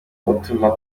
utuma